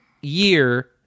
year